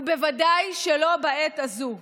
ובוודאי שלא בעת הזאת.